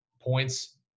points